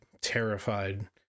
terrified